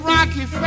Rocky